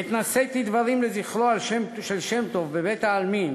עת נשאתי דברים לזכרו של שם-טוב בבית-העלמין